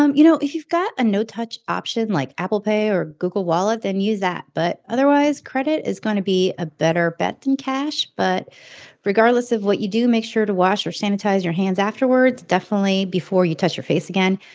um you know, if you've got a no-touch option like apple pay or google wallet, then use that. but otherwise, credit is going to be a better bet than cash. but regardless of what you do, make sure to wash or sanitize your hands afterwards, definitely before you touch your face again.